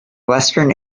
western